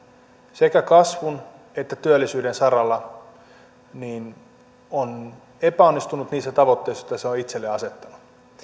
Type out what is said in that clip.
sekä kasvun että työllisyyden saralla on epäonnistunut niissä tavoitteissa joita se on itselleen asettanut